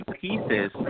pieces